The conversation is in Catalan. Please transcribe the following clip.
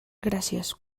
gràcies